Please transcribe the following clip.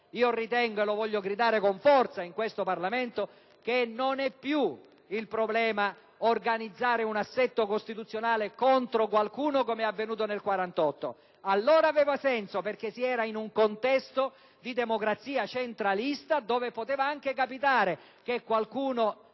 No! Ritengo - e lo voglio gridare con forza in questo Parlamento - che il problema non è più organizzare un assetto costituzionale contro qualcuno, come avvenuto nel 1948. Allora aveva senso perché si era in un contesto di democrazia centralista, dove poteva anche capitare che qualcuno